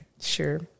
Sure